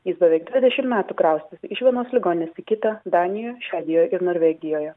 jis beveik dvidešimt metų kraustėsi iš vienos ligoninės į kitą danijoj švedijoj ir norvegijoje